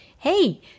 hey